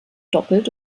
doppelt